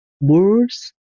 Words